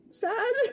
Sad